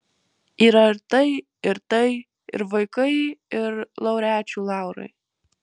yra ir tai ir tai ir vaikai ir laureačių laurai